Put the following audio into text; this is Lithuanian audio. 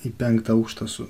į penktą aukštą su